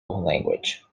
language